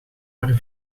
maar